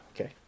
Okay